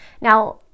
now